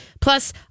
plus